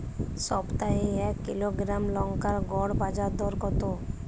সপ্তাহে এক কিলোগ্রাম লঙ্কার গড় বাজার দর কতো?